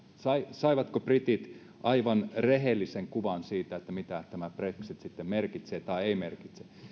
saivatko britit aivan rehellisen kuvan siitä mitä tämä brexit merkitsee tai ei merkitse